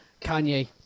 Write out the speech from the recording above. Kanye